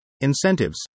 incentives